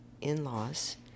in-laws